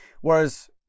whereas